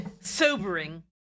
sobering